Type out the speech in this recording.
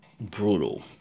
brutal